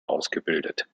ausgebildet